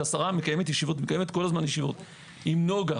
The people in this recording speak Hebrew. כשהשרה מקיימת ישיבות והיא מקיימת כל הזמן ישיבות עם נוגה,